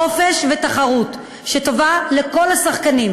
חופש ותחרות שטובה לכל השחקנים,